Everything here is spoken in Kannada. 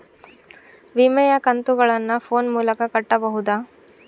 ವಿಮೆಯ ಕಂತುಗಳನ್ನ ಫೋನ್ ಮೂಲಕ ಕಟ್ಟಬಹುದಾ?